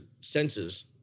senses